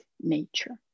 nature